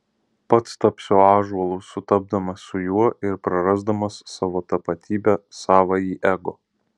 pats tapsiu ąžuolu sutapdamas su juo ir prarasdamas savo tapatybę savąjį ego